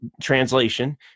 Translation